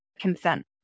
consent